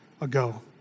ago